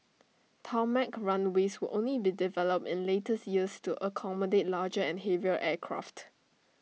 tarmac runways would only be developed in later years to accommodate larger and heavier aircraft